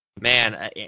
man